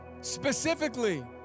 Specifically